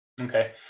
okay